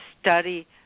study